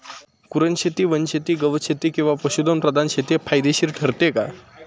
कुरणशेती, वनशेती, गवतशेती किंवा पशुधन प्रधान शेती फायदेशीर ठरते का?